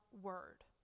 word